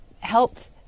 health